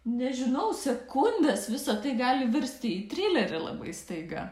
nežinau sekundes visa tai gali virsti į trilerį labai staiga